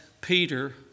Peter